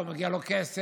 לא מגיע לו כסף,